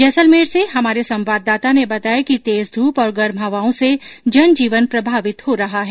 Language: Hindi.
जैसलमेर से हमारे संवाददाता ने बताया कि तेज धूप और गर्म हवाओं से जनजीवन प्रभावित हो रहा है